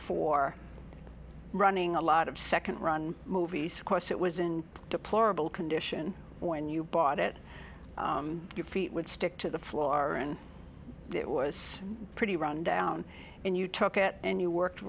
for running a lot of second run movies of course it was in deplorable condition when you bought it your feet would stick to the floor and it was pretty rundown and you took at and you worked